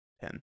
Ten